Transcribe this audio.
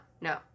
no